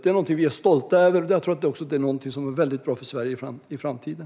Det är någonting vi är stolta över, och jag tror att det också är någonting som är väldigt bra för Sverige i framtiden.